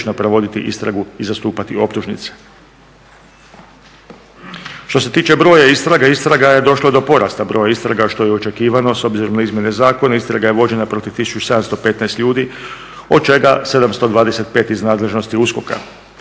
provoditi istragu i zastupati optužnice. Što se tiče broja istraga došlo je do porasta broja istraga što je očekivano s obzirom na izmjene zakona. Istraga je vođena protiv 1715 ljudi, od čega 725 iz nadležnosti USKOK-a.